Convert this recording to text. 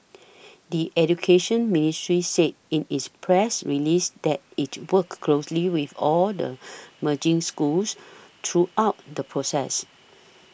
the Education Ministry said in its press release that it worked closely with all the merging schools throughout the process